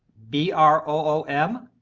b r o o m?